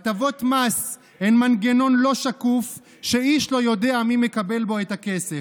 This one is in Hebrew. הטבות מס הן מנגנון לא שקוף שאיש לא יודע מי מקבל בו את הכסף.